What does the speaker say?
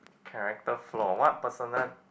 character flaw what personal